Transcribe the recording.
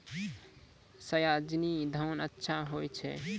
सयाजी धान अच्छा होय छै?